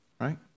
Right